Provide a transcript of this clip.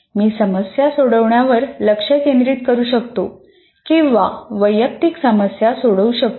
मी समस्या सोडवण्यावर लक्ष केंद्रित करू शकतो किंवा वैयक्तिक समस्या सोडवू शकतो